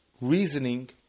reasoning